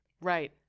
right